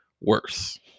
worse